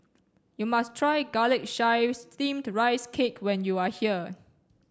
you must try garlic chives steamed rice cake when you are here